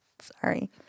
sorry